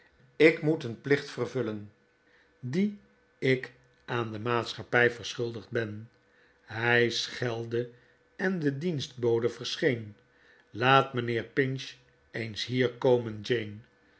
ik moet een plicht vervullen dien ik aan de maatschappij verschuldigd ben hij schelde en de dienstbode verscheen laat mijnheer pinch eens hier komen jane